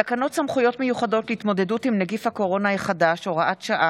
תקנות סמכויות מיוחדות להתמודדות עם נגיף הקורונה החדש (הוראת שעה)